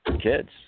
kids